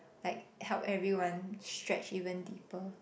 like help everyone stretch even deeper